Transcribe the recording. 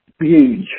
huge